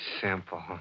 simple